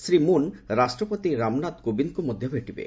ଶ୍ରୀ ମୁନ୍ ରାଷ୍ଟ୍ରପତି ରାମନାଥ କୋବିନ୍ଦଙ୍କୁ ମଧ୍ୟ ଭେଟିବେ